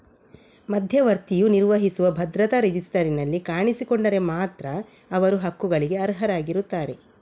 ಮಧ್ಯವರ್ತಿಯು ನಿರ್ವಹಿಸುವ ಭದ್ರತಾ ರಿಜಿಸ್ಟರಿನಲ್ಲಿ ಕಾಣಿಸಿಕೊಂಡರೆ ಮಾತ್ರ ಅವರು ಹಕ್ಕುಗಳಿಗೆ ಅರ್ಹರಾಗಿರುತ್ತಾರೆ